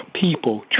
people